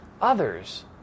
others